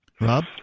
Rob